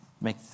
make